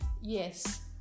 yes